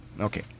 Okay